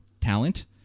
talent